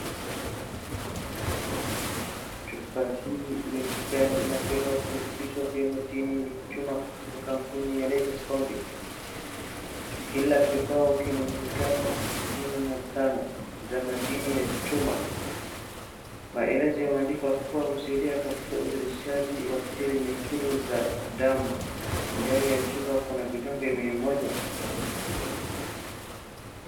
Chupa hii ya kijani inabeba virutubisho vya madini ya chuma kutoka kampuni ya Nature's Bounty . Kila kibao kina miligramu sitini na tano za madini ya chuma. Maelezo yameandikwa kuwa husaidia katika uzalishaji wa seli nyekundu za damu. Ndani ya chupa kuna vidonge mia moja.